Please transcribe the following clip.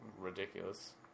ridiculous